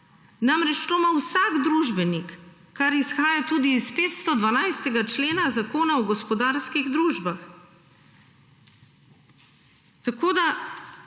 Namreč to ima vsak družbenik, kar izhaja tudi iz 512. člena Zakona o gospodarskih družbah. Tako, da